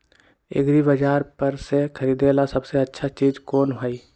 एग्रिबाजार पर से खरीदे ला सबसे अच्छा चीज कोन हई?